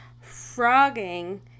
frogging